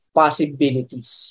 possibilities